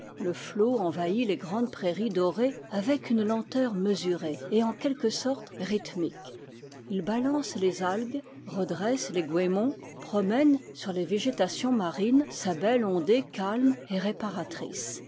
le flot envahit les grandes prairies dorées avec une lenteur mesurée et en quelque sorte ryth mique il balance les algues redresse les goémons pro mène sur les végétations marines sa belle ondée calme et réparatrice